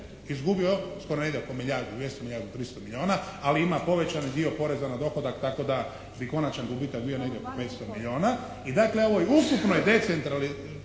izgubio, skoro negdje oko milijardu 200 milijuna, 300 milijuna, ali ima povećani dio poreza na dohodak tako da bi konačan gubitak bio negdje oko 500 milijuna. I dakle u ovoj ukupnoj preraspodjeli